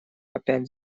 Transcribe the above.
опять